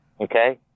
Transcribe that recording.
Okay